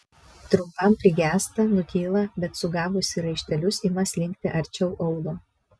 trumpam prigęsta nutyla bet sugavusi raištelius ima slinkti arčiau aulo